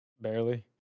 barely